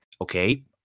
okay